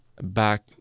back